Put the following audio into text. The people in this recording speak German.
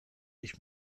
ich